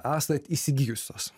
esat įsigijusios